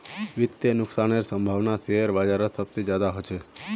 वित्तीय नुकसानेर सम्भावना शेयर बाजारत सबसे ज्यादा ह छेक